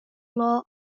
law